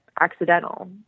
accidental